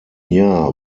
jahr